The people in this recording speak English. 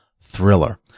thriller